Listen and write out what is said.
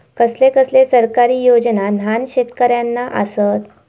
कसले कसले सरकारी योजना न्हान शेतकऱ्यांना आसत?